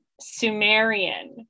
Sumerian